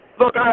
Look